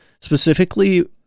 specifically